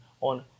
on